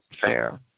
fair